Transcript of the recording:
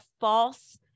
false